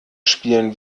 spielen